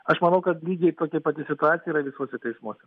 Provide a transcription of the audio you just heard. aš manau kad lygiai tokia pati situacija yra visuose teismuose